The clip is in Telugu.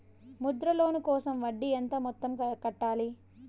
ముద్ర లోను కోసం వడ్డీ ఎంత మొత్తం కట్టాలి